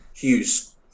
Hughes